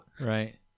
right